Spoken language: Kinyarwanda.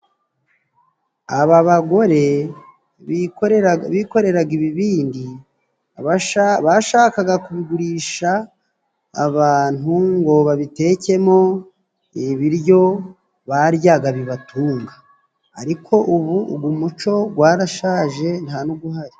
Aba bagore bikoreraga ibibindi, bashakaga kubigurisha abantu ngo babitekemo ibiryo baryaga bibatunga. Ariko ugu muco gwarashaje ntanuguhari.